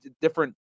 different